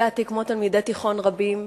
הגעתי, כמו תלמידי תיכון רבים,